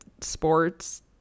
sports